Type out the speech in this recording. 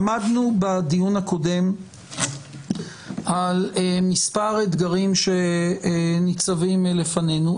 עמדנו בדיון הקודם על מספר אתגרים שניצבים לפנינו.